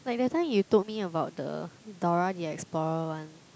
like that time you told me about the Dora-the-Explorer one